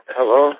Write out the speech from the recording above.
Hello